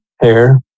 hair